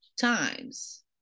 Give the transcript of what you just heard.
times